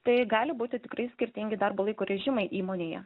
tai gali būti tikrai skirtingi darbo laiko režimai įmonėje